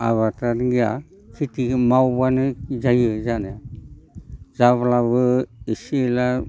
आबादारिया खेतिखौ मावबानो जायो जानाया जाब्लाबो एसे एला